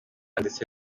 ndetse